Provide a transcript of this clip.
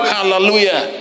Hallelujah